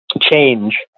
change